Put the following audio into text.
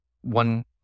one